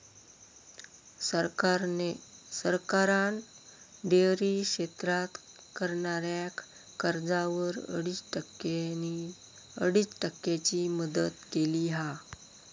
सरकारान डेअरी क्षेत्रात करणाऱ्याक कर्जावर अडीच टक्क्यांची मदत केली हा